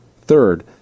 Third